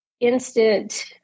instant